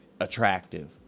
attractive